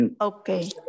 Okay